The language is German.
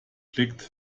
blickte